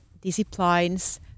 disciplines